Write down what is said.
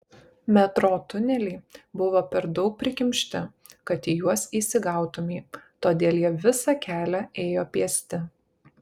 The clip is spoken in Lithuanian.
metro tuneliai buvo per daug prikimšti kad į juos įsigautumei todėl jie visą kelią ėjo pėsti